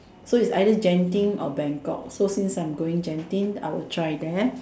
so is either Genting or Bangkok so since I'm going Genting I will try there